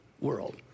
world